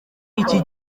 iki